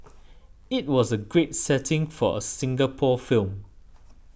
it was a great setting for a Singapore film